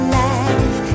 life